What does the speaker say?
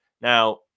Now